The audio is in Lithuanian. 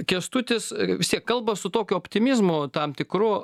kęstutis vis tiek kalba su tokiu optimizmu tam tikru